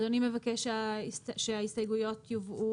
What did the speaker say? אדוני מבקש שההסתייגויות יובאו